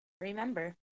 Remember